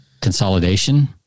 consolidation